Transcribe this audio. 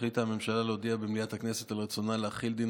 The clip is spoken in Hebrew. החליטה הממשלה להודיע במליאת הכנסת על רצונה להחיל דין